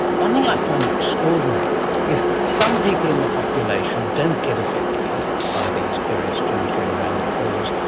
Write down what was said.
one thing i find extraordinary is that some people in the population don't get affected by these various germs going around, the flus,